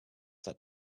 that